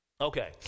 Okay